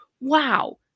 Wow